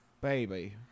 baby